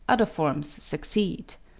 other forms succeed.